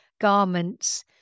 garments